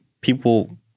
People